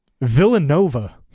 Villanova